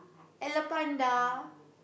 Hello Panda